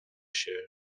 się